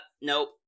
nope